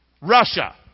Russia